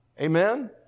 Amen